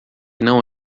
não